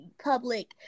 public